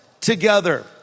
together